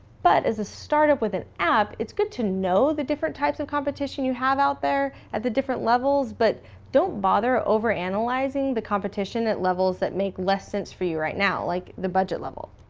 but as a startup with an app, it's good to know the different types of competition you have out there, at the different levels, but don't bother over-analyzing the competition at levels that make less sense for you right now. like the budget level.